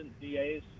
DA's